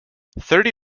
thirty